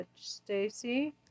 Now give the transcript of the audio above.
Stacy